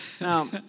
Now